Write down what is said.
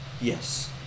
yes